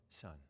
son